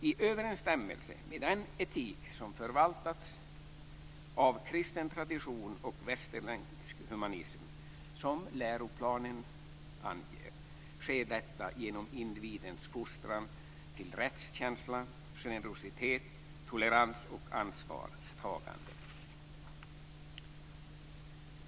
I överensstämmelse med den etik som förvaltats av kristen tradition och västerländsk humanism, som läroplanen anger, sker detta genom individens fostran till rättskänsla, generositet, tolerans och ansvarstagande.